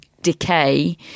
decay